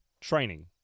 training